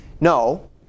No